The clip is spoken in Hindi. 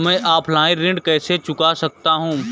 मैं ऑफलाइन ऋण कैसे चुका सकता हूँ?